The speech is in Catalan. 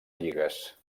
lligues